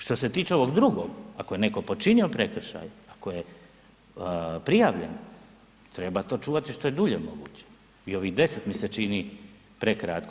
Što se tiče ovog drugog, ako je netko počinio prekršaj, ako je prijavljen treba to čuvati što je dulje moguće i ovih 10 mi se čini prekratko.